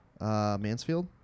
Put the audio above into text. Mansfield